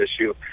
issue